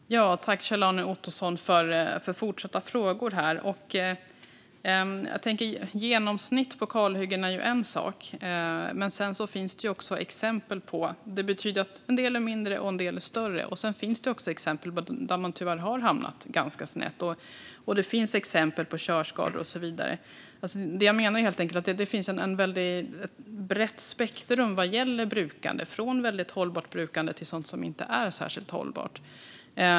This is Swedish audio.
Herr talman! Tack, Kjell-Arne Ottosson, för frågorna! Genomsnittet för kalhyggen är ju en sak. Det betyder att en del är mindre och en del är större. Sedan finns det exempel på att man tyvärr har hamnat ganska snett. Det finns exempel på körskador och så vidare. Jag menar helt enkelt att det finns ett brett spektrum vad gäller brukande, från väldigt hållbart till sådant som inte är särskilt hållbart.